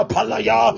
Palaya